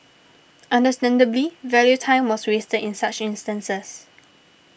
understandably value time was wasted in such instances